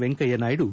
Venkaiah Naidu